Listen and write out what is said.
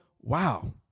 wow